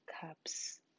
cups